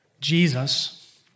Jesus